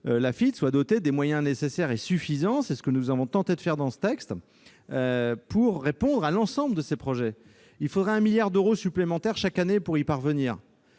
possible des moyens nécessaires et suffisants- c'est ce que nous avons tenté de faire dans ce texte -pour financer l'ensemble de ces projets. Il faudrait 1 milliard d'euros supplémentaire chaque année pour y parvenir.